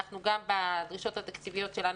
גם בדרישות התקציביות שלנו,